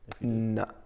No